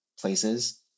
places